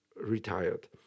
retired